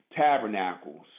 tabernacles